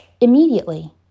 immediately